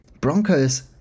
Broncos